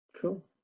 Cool